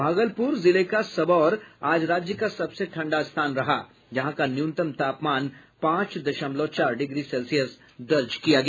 भागलपुर जिले का सबौर आज राज्य का सबसे ठंडा स्थान रहा जहां का न्यूनतम तापमान पांच दशमलव चार डिग्री सेल्सियस दर्ज किया गया